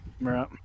Right